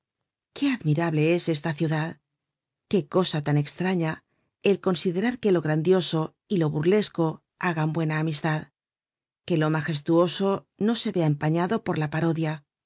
qué admirable es esta ciudad qué cosa tan estraña el considerar que lo grandioso y lo burlesco hagan buena amistad que lo magestuoso no se vea empañado por la parodia